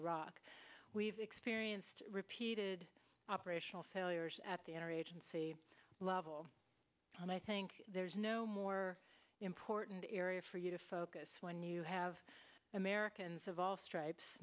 iraq we've experienced repeated operational failures at the inner agency level and i think there's no more important area for you to focus when you have americans of all stripes